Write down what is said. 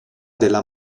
della